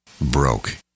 broke